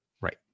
Right